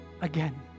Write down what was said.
again